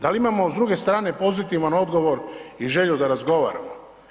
Da li imamo s druge strane pozitivan odgovor i želju da razgovaramo?